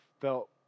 felt